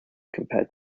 compared